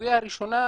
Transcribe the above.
הסוגיה הראשונה,